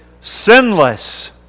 sinless